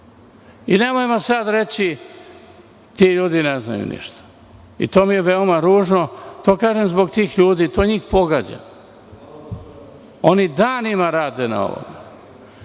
Nemojmo sada reći – ti ljudi ne znaju ništa. To je veoma ružno, to kažem zbog tih ljudi, to njih pogađa. Oni danima rade na ovome.